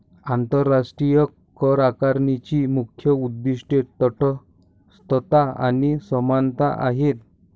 आंतरराष्ट्रीय करआकारणीची मुख्य उद्दीष्टे तटस्थता आणि समानता आहेत